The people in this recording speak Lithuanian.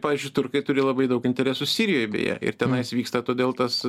pavyzdžiui turkai turi labai daug interesų sirijoj beje ir tenais vyksta todėl tas